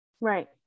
Right